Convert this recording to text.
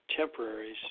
temporaries